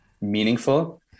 meaningful